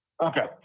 Okay